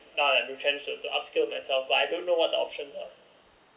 to upscale myself but I don't know what the options are